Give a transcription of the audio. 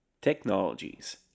Technologies